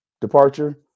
departure